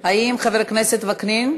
האם, חבר הכנסת וקנין?